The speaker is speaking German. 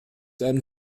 einen